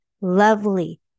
lovely